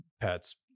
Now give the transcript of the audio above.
pets